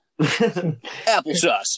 applesauce